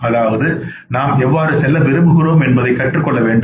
அதாவது நாம் எவ்வாறு சொல்ல விரும்புகிறோம் என்பதை கற்றுக்கொள்ள வேண்டும்